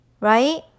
right